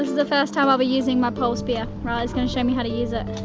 the first time i'll be using my pole spear. riley's gonna show me how to use it.